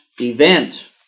event